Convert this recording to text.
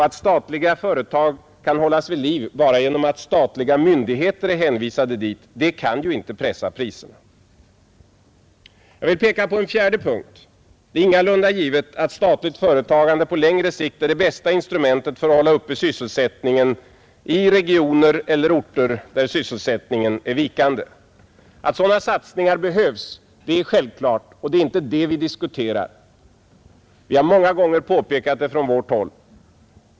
Att statliga samheten företag kan hållas vid liv bara genom att statliga myndigheter är hänvisade dit kan ju inte pressa priserna. För det fjärde är det ingalunda givet att statligt företagande på längre sikt är det bästa instrumentet för att hålla uppe sysselsättningen i regioner eller på orter där sysselsättningen är vikande. Att sådana satsningar behövs är självklart, och det är inte det vi diskuterar. Vi har många gånger påpekat det från vårt håll.